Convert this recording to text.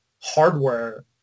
hardware